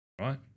right